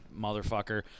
motherfucker